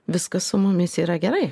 viskas su mumis yra gerai